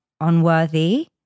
unworthy